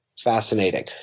Fascinating